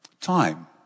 Time